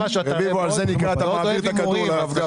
רביבו, על זה נקרא אתה מעביר את הכדור לרב גפני.